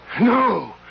No